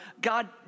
God